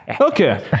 Okay